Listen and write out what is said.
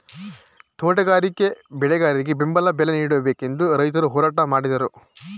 ತೋಟಗಾರಿಕೆ ಬೆಳೆಗಾರರಿಗೆ ಬೆಂಬಲ ಬಲೆ ನೀಡಬೇಕೆಂದು ರೈತರು ಹೋರಾಟ ಮಾಡಿದರು